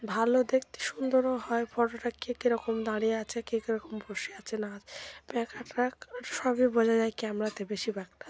ভালো দেখতে সুন্দরও হয় ফটোটা কে কীরকম দাঁড়িয়ে আছে কে কীরকম বসে আছে না আছে আমার ক্যামেরা আর সবই বোঝা যায় ক্যামেরাতে বেশিরভাগটা